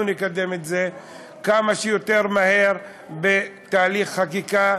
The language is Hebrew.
נקדם את זה כמה שיותר מהר בתהליך חקיקה,